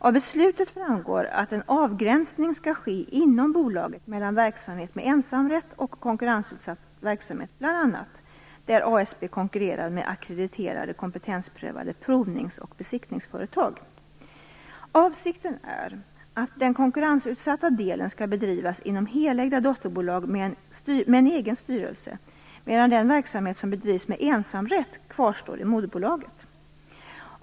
Av beslutet framgår att en avgränsning skall ske inom bolaget mellan verksamhet med ensamrätt och konkurrensutsatt verksamhet, bl.a. där ASB konkurrerar med ackrediterade - kompetensprövade - provnings och besiktningsföretag. Avsikten är att den konkurrensutsatta delen skall bedrivas inom helägda dotterbolag med egen styrelse, medan den verksamhet som bedrivs med ensamrätt kvarstår i moderbolaget.